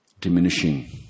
diminishing